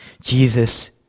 Jesus